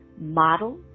Model